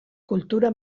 kultura